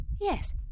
Yes